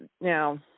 now